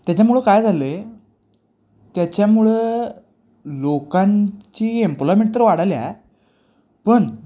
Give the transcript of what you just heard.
त्याच्यामुळं काय झालं आहे त्याच्यामुळं लोकांची एम्प्लॉयमेंट तर वाढाल्या पन